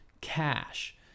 cash